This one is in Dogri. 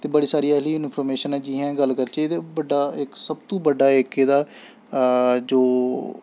ते बड़ी सारी ऐहो जेही इंफर्मेशन ऐ जि'यां गल्ल करचै ते बड्डा इक सब तो बड्डा इक एह्दा जो